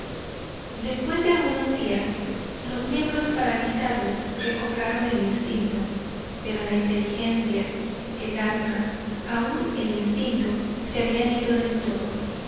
después de algunos días los miembros paralizados recobraron el instinto pero la inteligencia el alma aún el instinto se habían ido del todo